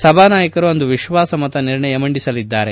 ಸಭಾನಾಯಕರು ಅಂದು ವಿಶ್ವಾಸ ಮತ ನಿರ್ಣಯ ಮಂಡಿಸಲಿದ್ದಾರೆ